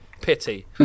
Pity